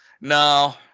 No